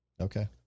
Okay